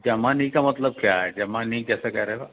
जमा नहीं का मतलब क्या है जमा नहीं कैसे क्या रहेगा